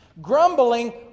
Grumbling